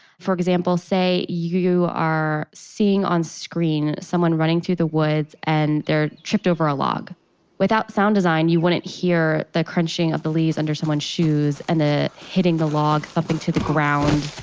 for example say you are seeing on-screen someone running through the woods and they tripped over a log without sound design you wouldn't hear the crunching of the leaves under someone's shoes and the hitting the log, thumping to the ground,